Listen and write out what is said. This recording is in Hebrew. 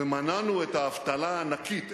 ומנענו את האבטלה הענקית,